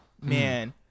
Man